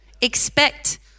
expect